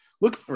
Look